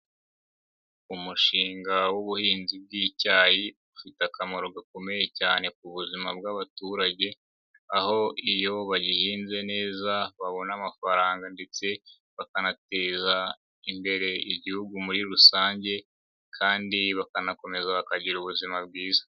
Umushinga w'ubuhinzi bw'icyayi ufite akamaro gakomeye cyane ku buzima bw'abaturage, aho iyo bagihinze neza babona amafaranga ndetse bakanateza imbere igihugu muri rusange kandi bakanakomeza bakagira ubuzima bwiza.